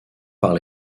par